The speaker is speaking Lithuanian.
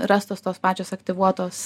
rastos tos pačios aktyvuotos